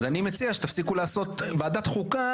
אז אני מציע שתפסיקו לעשות ועדת חוקה